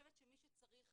שנייה